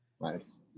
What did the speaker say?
nice